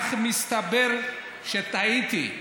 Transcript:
אך מסתבר שטעיתי.